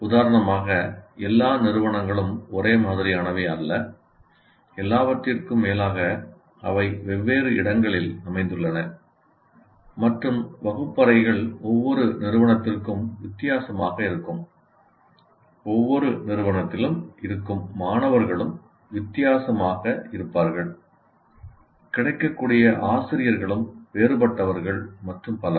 உதாரணமாக எல்லா நிறுவனங்களும் ஒரே மாதிரியானவை அல்ல எல்லாவற்றிற்கும் மேலாக அவை வெவ்வேறு இடங்களில் அமைந்துள்ளன மற்றும் வகுப்பறைகள் ஒவ்வொரு நிறுவனத்திலும் வித்தியாசமாக இருக்கும் ஒவ்வொரு நிறுவனத்திலும் இருக்கும் மாணவர்களும் வித்தியாசமாக இருப்பார்கள் கிடைக்கக்கூடிய ஆசிரியர்களும் வேறுபட்டவர்கள் மற்றும் பல